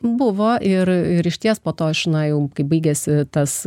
buvo ir ir išties po to žinai jau kaip baigiasi tas